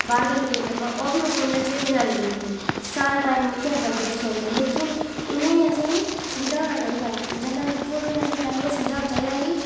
बाह्र खेलनियां गेमां ओह् बी ओह् फोनै च गै खेलने लग्गी जन्दे सारे टाइम उत्थै अपना वेस्ट करी ओड़दे लेकिन उ'नेंगी असेंगी समझाना चाहिदा जेल्लै ओह् निक्के होन उनें असेंगी तेल्लू गै समझाना चाहिदा कि